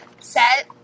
set